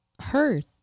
hurt